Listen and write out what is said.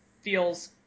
feels